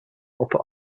upper